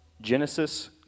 Genesis